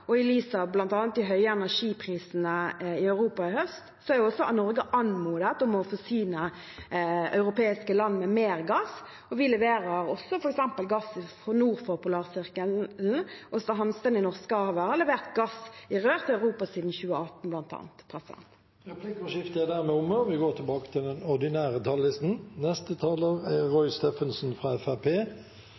og i lys av bl.a. de høye energiprisene i Europa i høst er også Norge anmodet om å forsyne europeiske land med mer gass. Vi leverer også f.eks. gass nord for polarsirkelen. Aasta Hansteen i Norskehavet har levert gass i rør til Europa siden 2018, bl.a. Replikkordskiftet er dermed omme. De talere som heretter får ordet, har en taletid på inntil 3 minutter. Fremskrittspartiet har vært og er